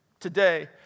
Today